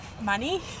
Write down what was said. Money